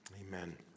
Amen